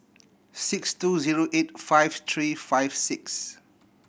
six two zero eight five three five six